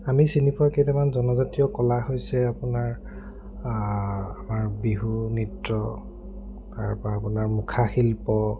আমি চিনি পোৱা কেইটামান জনজাতীয় কলা হৈছে আপোনাৰ আমাৰ বিহু নৃত্য তাৰপৰা আপোনাৰ মুখা শিল্প